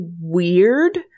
weird